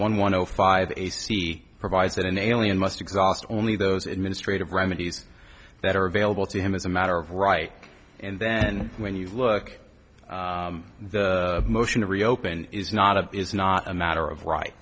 one one zero five a c c provides that an alien must exhaust only those administrative remedies that are available to him as a matter of right and then when you look at the motion to reopen is not a is not a matter of ri